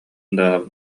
даа